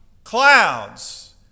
clouds